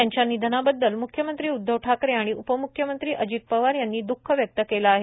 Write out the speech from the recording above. त्यांच्या निधनाबद्दल म्ख्यमंत्री उद्वव ठाकरे आणि उपमुख्यमंत्री अजित पवार यांनी दुःख व्यक्त केलं आहे